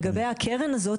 לגבי הקרן הזאת,